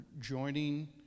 joining